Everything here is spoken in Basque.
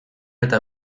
eta